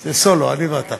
זה סולו, אני ואתה,